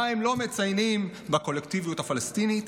מה הם לא מציינים בקולקטיביות הפלסטינית?